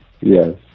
Yes